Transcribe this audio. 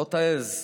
שלא תעז.